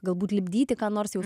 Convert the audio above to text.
galbūt lipdyti ką nors jau